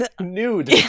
nude